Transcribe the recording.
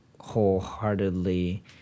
wholeheartedly